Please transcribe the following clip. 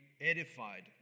edified